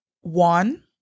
one